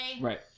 Right